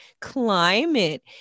climate